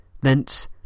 Thence